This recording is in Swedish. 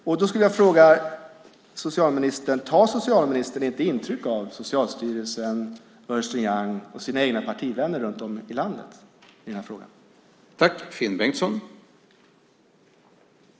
Jag skulle vilja fråga socialministern om han inte tar intryck av Socialstyrelsen, Ernst & Young och egna partivänner runt om i landet vad gäller den här frågan.